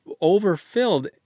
overfilled